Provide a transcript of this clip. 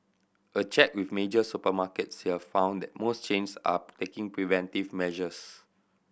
a check with major supermarkets here found that most chains are taking preventive measures